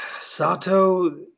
Sato